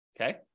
Okay